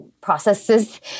processes